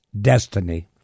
destiny